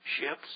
ships